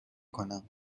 کنم